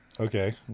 Okay